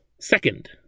second